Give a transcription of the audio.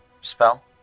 spell